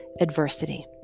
adversity